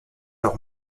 auch